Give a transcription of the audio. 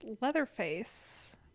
Leatherface